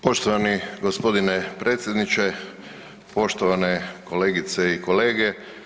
Poštovani g. predsjedniče, poštovane kolegice i kolege.